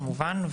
כמובן,